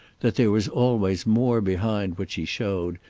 that there was always more behind what she showed,